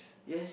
yes